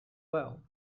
well